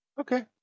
okay